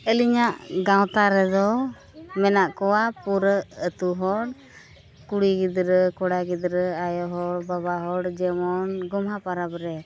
ᱟᱹᱞᱤᱧᱟᱜ ᱜᱟᱶᱛᱟ ᱨᱮᱫᱚ ᱢᱮᱱᱟᱜ ᱠᱚᱣᱟ ᱯᱩᱨᱟᱹ ᱟᱹᱛᱩ ᱦᱚᱲ ᱠᱩᱲᱤ ᱜᱤᱫᱽᱨᱟᱹ ᱠᱚᱲᱟ ᱜᱤᱫᱽᱨᱟᱹ ᱟᱭᱳ ᱦᱚᱲ ᱵᱟᱵᱟ ᱦᱚᱲ ᱡᱮᱢᱚᱱ ᱜᱚᱢᱦᱟ ᱯᱚᱨᱚᱵᱽ ᱨᱮ